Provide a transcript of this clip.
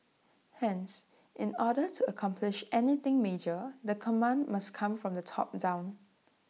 hence in order to accomplish anything major the command must come from the top down